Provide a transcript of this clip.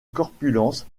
corpulence